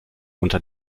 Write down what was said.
unter